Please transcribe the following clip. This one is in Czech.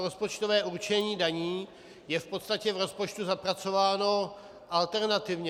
Rozpočtové určení daní je v podstatě v rozpočtu zapracováno alternativě.